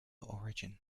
origin